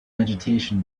vegetation